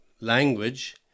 language